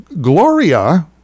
Gloria